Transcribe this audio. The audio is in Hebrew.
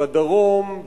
בדרום,